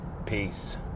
Peace